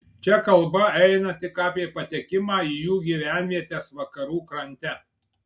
čia kalba eina tik apie patekimą į jų gyvenvietes vakarų krante